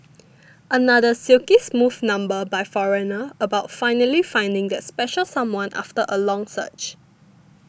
another silky smooth number by Foreigner about finally finding that special someone after a long search